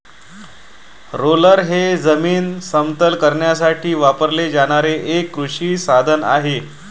roller हे जमीन समतल करण्यासाठी वापरले जाणारे एक कृषी साधन आहे